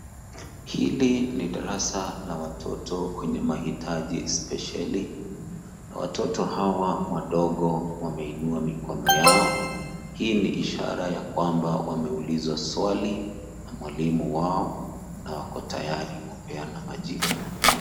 Hili ni darasa la watoto wenye mahitaji spesheli na watoto hawa wadogo wameinua mikono yao. Hii ni ishara kwamba wameulizwa swali na mwalimu wao na wako tayari kupeana majibu.